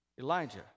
Elijah